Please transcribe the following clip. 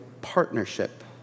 partnership